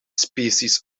species